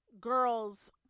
girls